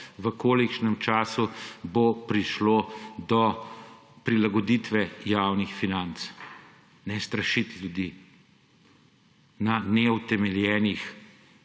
v kolikšnem času bo prišlo do prilagoditve javnih financ. Ne strašiti ljudi na neutemeljenih